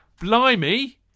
Blimey